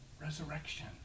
Resurrection